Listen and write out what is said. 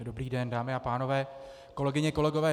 Dobrý den, dámy a pánové, kolegyně, kolegové.